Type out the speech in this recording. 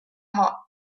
hot